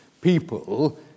people